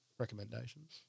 recommendations